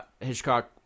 Hitchcock